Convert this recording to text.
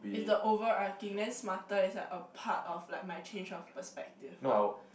is the overarching then smarter is like a part of like my change of perspective what